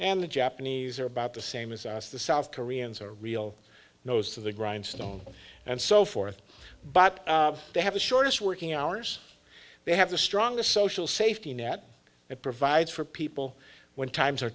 and the japanese are about the same as the south koreans are real nose to the grindstone and so forth but they have the shortest working hours they have the strongest social safety net it provides for people when times are